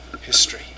history